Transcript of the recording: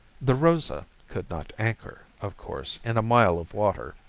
the rosa could not anchor, of course, in a mile of water.